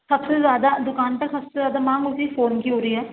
سب سے زیادہ دُکان پہ سب سے زیادہ مانگ اُسی فون کی ہو رہی ہے